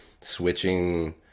switching